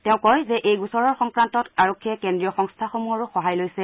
তেওঁ কয় যে এই গোচৰৰ সংক্ৰান্তত আৰক্ষীয়ে কেন্দ্ৰীয় সংস্থাসমূহৰো সহায় লৈছে